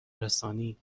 رسانی